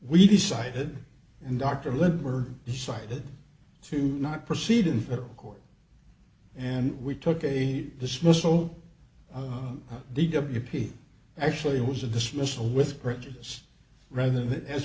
we decided and dr liber decided to not proceed in federal court and we took a dismissal of d w p actually it was a dismissal with prejudice rather that as